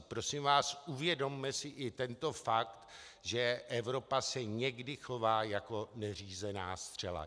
Prosím vás, uvědomme si i tento fakt, že Evropa se někdy chová jako neřízená střela.